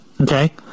Okay